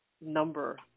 number